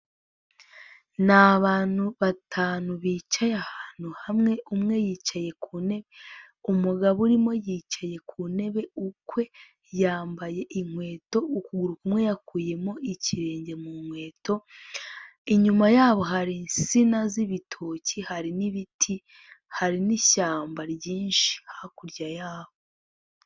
Ni abantu batanu bicaye ahantu hamwe, umwe yicaye ku ntebe, umugabo urimo yicaye ku ntebe ukwe yambaye inkweto, ukuguru kumwe yakuyemo ikirenge mu nkweto, inyuma yabo hari insina z'ibitoki hari n'ibiti, hari n'ishyamba ryinshi hakurya yaho.